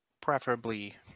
preferably